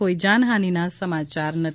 કોઇ જાનહાનીના સમાચાર નથી